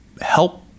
help